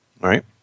right